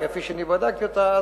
כפי שאני בדקתי אותה,